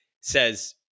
says